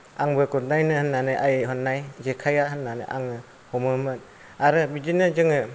आं बेखौ नायनो होननानै आयै हरनाय जेखाया होननानै आङो हमोमोन आरो बिदिनो जोङो